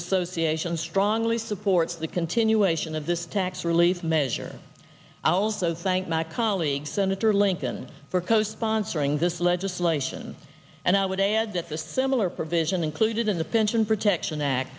association strongly supports the continuation of this tax relief measure our so thank my colleague senator lincoln for co sponsoring this legislation and i would add that the similar provision included in the pension protection act